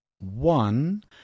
one